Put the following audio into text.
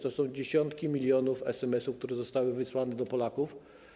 To dziesiątki milionów SMS-ów, które zostały wysłane do Polaków.